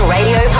Radio